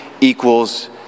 equals